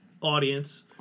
audience